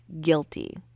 guilty